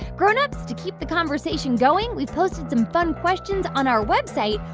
grownups, to keep the conversation going, we've posted some fun questions on our website,